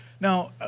Now